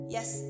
Yes